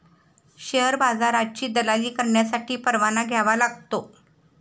share बाजाराची दलाली करण्यासाठी परवाना घ्यावा लागतो